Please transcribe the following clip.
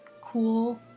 cool